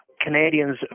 Canadians